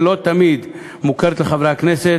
שלא תמיד מוכרת לחברי הכנסת,